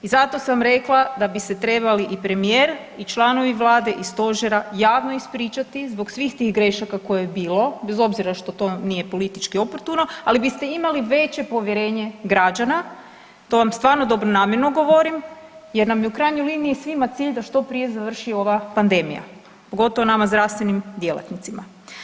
I zato sam rekla da bi se trebali i premijer i članovi Vlade i stožera javno ispričati zbog svih tih grešaka koje je bilo, bez obzira što to nije politički oportuno, ali biste imali veće povjerenje građana, to vam stvarno dobronamjerno govorim jer nam je u krajnjoj liniji svima cilj da što prije završi ova pandemija, pogotovo nama zdravstvenim djelatnicima.